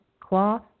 cloth